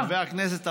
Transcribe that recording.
חבר הכנסת אמסלם,